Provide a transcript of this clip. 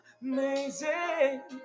amazing